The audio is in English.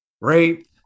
rape